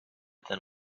than